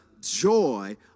joy